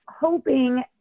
hoping